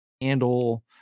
handle